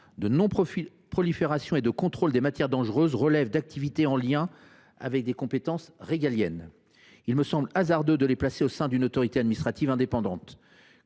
de non prolifération et de contrôle des matières dangereuses relève d’activités en lien avec des compétences régaliennes. Il me semble hasardeux de les placer au sein d’une autorité administrative indépendante.